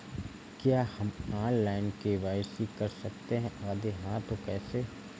क्या हम online KYC कर सकते हैं यदि हाँ तो कैसे?